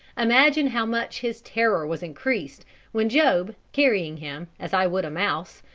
imagine how much his terror was increased when job, carrying him, as i would a mouse,